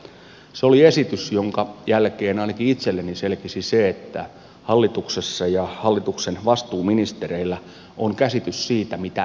se oli esitys jonka jälkeen ainakin itselleni selkisi se että hallituksessa ja hallituksen vastuuministereillä on käsitys siitä mitä ei tehdä